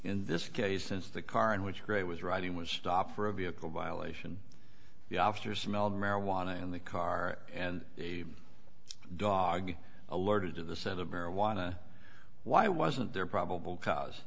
in this case since the car in which ray was riding was stopped for a vehicle violation the officer smelled marijuana in the car and a dog alerted to the set of marijuana why wasn't there probable